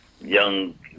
young